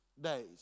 days